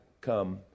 come